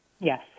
Yes